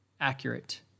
accurate